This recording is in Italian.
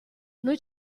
noi